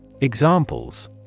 Examples